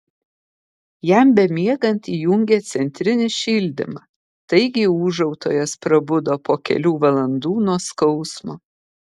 jam bemiegant įjungė centrinį šildymą taigi ūžautojas prabudo po kelių valandų nuo skausmo